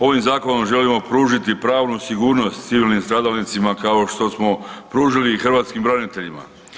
Ovim zakonom želimo pružiti pravnu sigurnost civilnim stradalnicima kao što smo pružili i hrvatskim braniteljima.